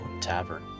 Tavern